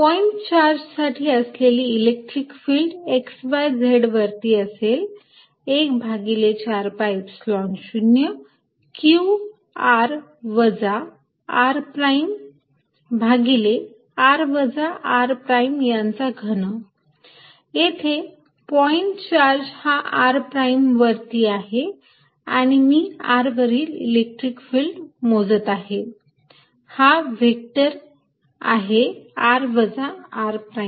point charge साठी असलेली electric field x y z वरती असेल 1 भागिले 4 pi Epsilon 0 q r वजा r प्राईम भागिले r वजा r प्राईम यांचा घन येथे पॉईंट चार्ज हा r प्राईम वरती आहे आणि मी r वरील इलेक्ट्रिक फिल्ड मोजत आहे हा व्हेक्टर आहे r वजा r प्राईम